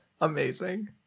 Amazing